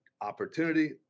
opportunity